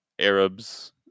Arabs